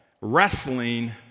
wrestling